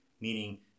meaning